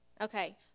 okay